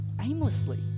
aimlessly